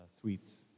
sweets